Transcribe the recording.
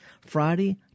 Friday